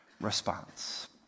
response